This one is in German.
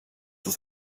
das